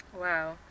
Wow